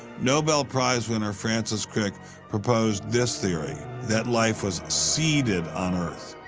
nobel prize-winner francis crick proposed this theory that life was seeded on earth,